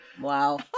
Wow